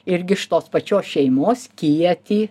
irgi iš tos pačios šeimos kietį